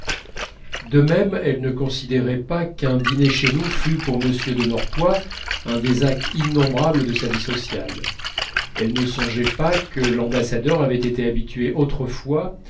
de même elle ne considérait pas qu'un dîner chez nous fût pour m de norpois un des actes innombrables de sa vie sociale elle ne songeait pas que l'ambassadeur avait été habitué autrefois